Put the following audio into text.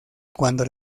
cuando